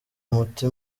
muti